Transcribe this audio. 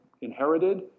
inherited